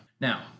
Now